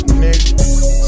nigga